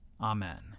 Amen